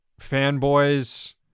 fanboys